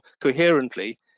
coherently